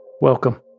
Welcome